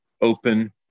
open